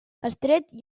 estret